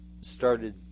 started